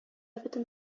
бөтен